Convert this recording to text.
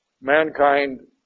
mankind